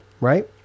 right